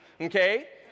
Okay